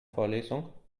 vorlesung